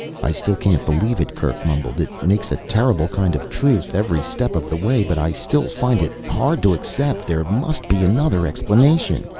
i still can't believe it, kerk mumbled. it makes a terrible kind of truth, every step of the way, but i still find it hard to accept. there must be another explanation.